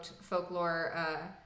folklore